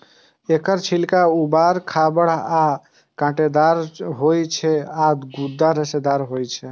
एकर छिलका उबर खाबड़ आ कांटेदार होइ छै आ गूदा रेशेदार होइ छै